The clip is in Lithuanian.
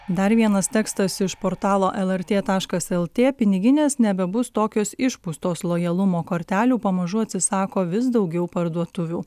dar vienas tekstas iš portalo lrt taškas lt piniginės nebebus tokios išpūstos lojalumo kortelių pamažu atsisako vis daugiau parduotuvių